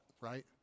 right